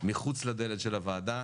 מחוץ לדלת של הוועדה.